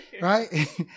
right